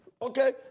Okay